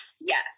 yes